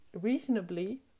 reasonably